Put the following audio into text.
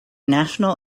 national